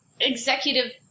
executive